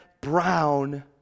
brown